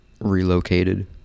relocated